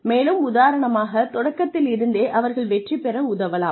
மேலும் உதாரணமாக தொடக்கத்திலிருந்தே அவர்கள் வெற்றிபெற உதவலாம்